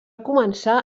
començar